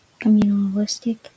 communalistic